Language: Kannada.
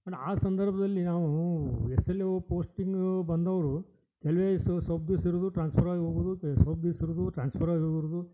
ಬಟ್ ಆ ಸಂದರ್ಭದಲ್ಲಿ ನಾವೂ ಎಸ್ ಎಲ್ ಓ ಪೋಸ್ಟಿಂಗ ಬಂದವರು ಸ್ವಲ್ಪ ದಿವ್ಸ ಇರೋದು ಟ್ರಾನ್ಸ್ಫರ್ ಆಗೋದು ಸ್ವಲ್ಪ ದಿವ್ಸ ಇರೋದು ಟ್ರಾನ್ಸ್ಫರ್ ಆಗೋದು